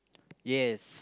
yes